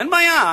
אין בעיה,